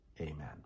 Amen